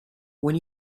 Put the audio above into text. when